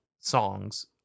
songs